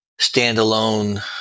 standalone